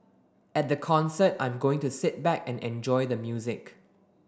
at the concert I'm going to sit back and enjoy the music